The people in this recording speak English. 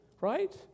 right